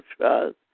trust